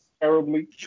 terribly